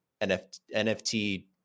NFT